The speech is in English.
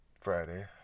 Friday